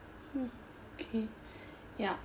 okay ya